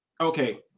okay